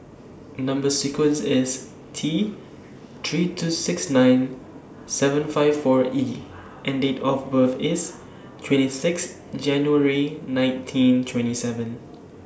Number sequence IS T three two six nine seven five four E and Date of birth IS twenty six January nineteen twenty seven